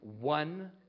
one